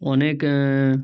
অনেক